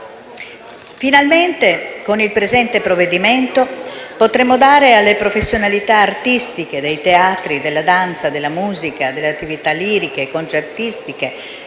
Finalmente, con il presente provvedimento, potremo dare alle professionalità artistiche dei teatri, della danza, della musica, delle attività liriche, concertistiche